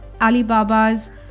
Alibaba's